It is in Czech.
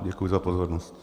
Děkuji za pozornost.